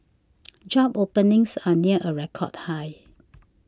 job openings are near a record high